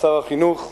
שר החינוך סער.